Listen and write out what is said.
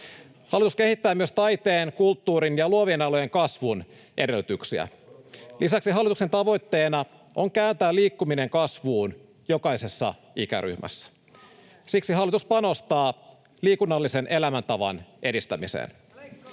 Hallitus kehittää myös taiteen, kulttuurin ja luovien alojen kasvun edellytyksiä. Lisäksi hallituksen tavoitteena on kääntää liikkuminen kasvuun jokaisessa ikäryhmässä. Siksi hallitus panostaa liikunnallisen elämäntavan edistämiseen.